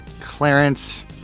Clarence